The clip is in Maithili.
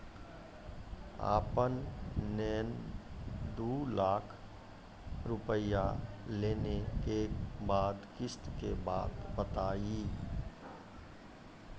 आपन ने दू लाख रुपिया लेने के बाद किस्त के बात बतायी?